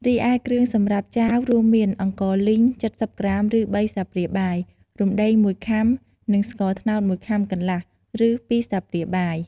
រីឯគ្រឿងសម្រាប់ចាវ រួមមាន អង្ករលីង ៧០ក្រាម ឬ ៣ស្លាបព្រាបាយ រំដេង ១ខាំ និងស្ករត្នោត ១ខាំកន្លះ ឬ ២ស្លាបព្រាបាយ។